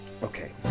Okay